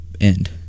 end